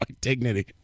dignity